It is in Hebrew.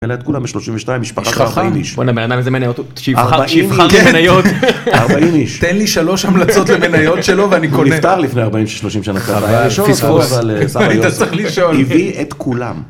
‫מלא את כולם ב-32, ‫משפחה 40 איש. ‫בוא'נה, מה זה מניות? ‫-40 מניות. ‫40 איש. ‫תן לי שלוש המלצות למניות שלו ‫ואני קונה. ‫הוא נפטר לפני 40-30 שנה. ‫-חבל פספוס. ‫אני צריך לשאול. ‫-הביא את כולם.